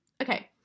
Okay